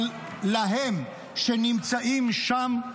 אבל להם, שנמצאים שם,